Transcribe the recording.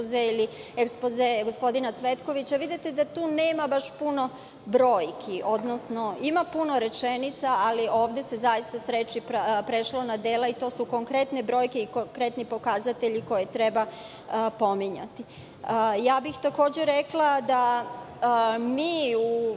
ili ekspoze gospodina Cvetkovića, vidite da tu nema baš puno brojki, odnosno ima puno rečenica, ali se ovde zaista prešlo s reči na dela, i to su konkretne brojke i konkretni pokazatelji koje treba pominjati. Takođe bih rekla da mi u